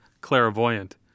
clairvoyant